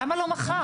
למה לא מחר?